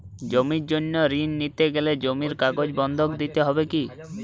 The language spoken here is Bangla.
জমির জন্য ঋন নিতে গেলে জমির কাগজ বন্ধক দিতে হবে কি?